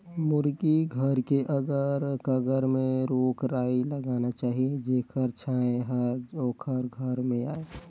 मुरगी घर के अगर कगर में रूख राई लगाना चाही जेखर छांए हर ओखर घर में आय